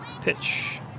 pitch